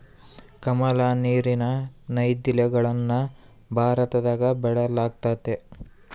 ಕಮಲ, ನೀರಿನ ನೈದಿಲೆಗಳನ್ನ ಭಾರತದಗ ಬೆಳೆಯಲ್ಗತತೆ